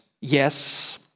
yes